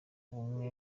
ubumwe